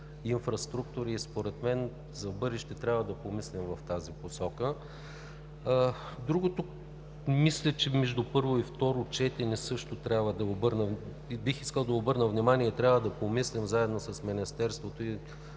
инфраструктури. Според мен и за в бъдеще трябва да помислим в тази посока. Между първо и второ четене също бих искал да обърна внимание – трябва да помислим заедно с Министерството, и